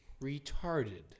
retarded